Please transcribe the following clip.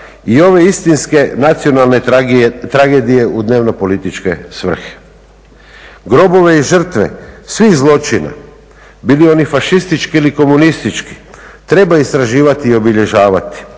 i ove istinske nacionalne tragedije u dnevnopolitičke svrhe. Grobove i žrtve svih zločina, bili oni fašistički ili komunistički treba istraživati i obilježavati.